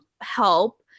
help